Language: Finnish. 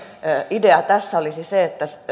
idea tässä olisi se että